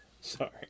Sorry